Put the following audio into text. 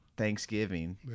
Thanksgiving